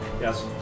yes